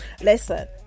Listen